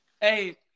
hey –